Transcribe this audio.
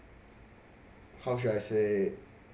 how should I say